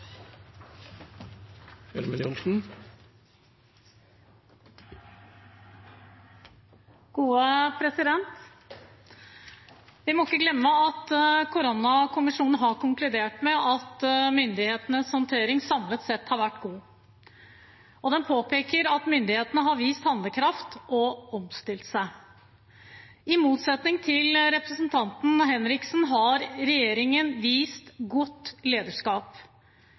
Vi må ikke glemme at koronakommisjonen har konkludert med at myndighetenes håndtering samlet sett har vært god. Den påpeker at myndighetene har vist handlekraft og omstilt seg. I motsetning til hva representanten Henriksen sa i sitt innlegg, har regjeringen vist godt lederskap.